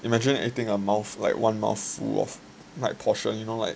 imagine eating a mouth like one mouthful of like portion you know like